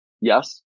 Yes